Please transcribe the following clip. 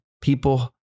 people